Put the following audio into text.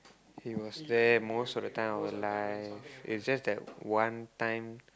he was there most of the time of our life is just that one time